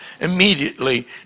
immediately